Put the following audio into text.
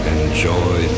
enjoy